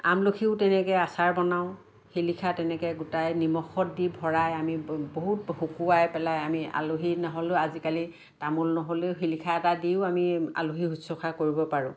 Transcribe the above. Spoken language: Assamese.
আমলখিও তেনেকৈ আচাৰ বনাওঁ শিলিখা তেনেকৈ গোটাই নিমখত দি ভৰাই আমি বহুত শুকোৱাই পেলাই আমি আলহী নহ'লেও আজিকালি তামোল নহ'লেও শিলিখা এটা দিও আমি আলহী শুশ্ৰূষা কৰিব পাৰোঁ